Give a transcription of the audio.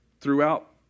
throughout